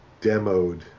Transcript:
demoed